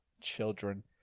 children